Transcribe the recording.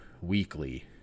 weekly